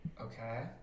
Okay